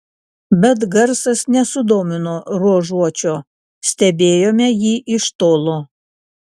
bet garsas nesudomino ruožuočio stebėjome jį iš tolo